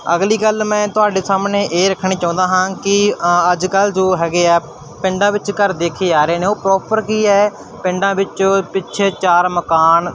ਅਗਲੀ ਗੱਲ ਮੈਂ ਤੁਹਾਡੇ ਸਾਹਮਣੇ ਇਹ ਰੱਖਣੀ ਚਾਹੁੰਦਾ ਹਾਂ ਕਿ ਅੱਜ ਕੱਲ੍ਹ ਜੋ ਹੈਗੇ ਆ ਪਿੰਡਾਂ ਵਿੱਚ ਘਰ ਦੇਖੇ ਜਾ ਰਹੇ ਨੇ ਉਹ ਪ੍ਰੋਪਰ ਕੀ ਹੈ ਪਿੰਡਾਂ ਵਿੱਚੋਂ ਪਿੱਛੇ ਚਾਰ ਮਕਾਨ